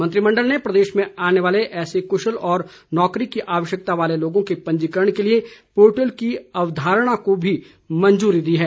मंत्रिमंडल ने प्रदेश में आने वाले ऐसे कुशल व नौकरी की आवश्यकता वाले लोगों के पंजीकरण के लिए पोर्टल की अवधारणा को भी मंजूरी दी है